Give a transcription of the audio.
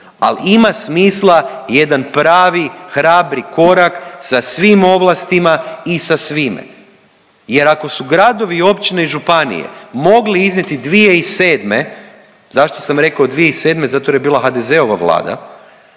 Al ima smisla jedan pravi hrabri korak sa svim ovlastima i sa svime jer ako su gradovi, općine i županije mogli iznijeti 2007. zašto sam rekao 2007. zato jer je bila HDZ-ova vlada,